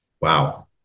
Wow